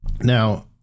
now